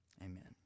Amen